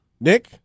Nick